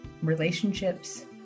relationships